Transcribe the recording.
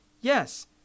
Yes